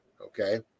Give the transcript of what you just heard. Okay